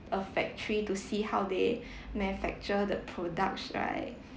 a factory to see how they manufacture the products right